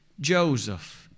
Joseph